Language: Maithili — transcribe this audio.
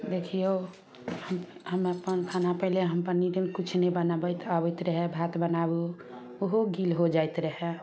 देखियौ हम हम अपन खाना पहिले हम किछु नहि बनाबैत आबैत रहै भात बनाबू ओहो गील हो जाइत रहै